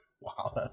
wow